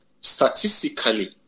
Statistically